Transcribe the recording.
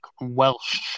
Welsh